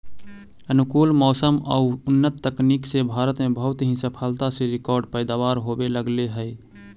अनुकूल मौसम आउ उन्नत तकनीक से भारत में बहुत ही सफलता से रिकार्ड पैदावार होवे लगले हइ